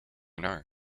know